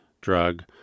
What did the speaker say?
drug